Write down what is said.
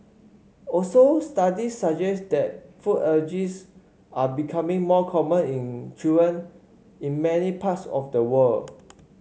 also studies suggest that food allergies are becoming more common in children in many parts of the world